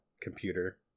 computer